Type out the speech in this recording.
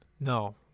No